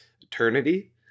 eternity